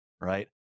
right